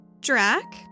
drac